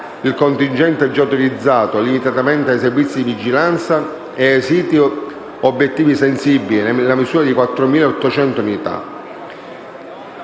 il contingente già utilizzato, limitatamente ai servizi di vigilanza e a siti ed obiettivi sensibili, nella misura di 4.800 unità.